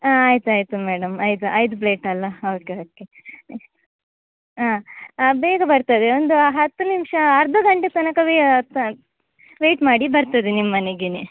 ಹಾಂ ಆಯಿತಾಯ್ತು ಮೇಡಮ್ ಐದು ಐದು ಪ್ಲೇಟ್ ಅಲ್ಲ ಓಕೆ ಓಕೆ ಹಾಂ ಬೇಗ ಬರ್ತದೆ ಒಂದು ಹತ್ತು ನಿಮಿಷ ಅರ್ಧ ಗಂಟೆ ತನಕ ವೇ ತ ವೇಯ್ಟ್ ಮಾಡಿ ಬರ್ತದೆ ನಿಮ್ಮ ಮನೆಗೆ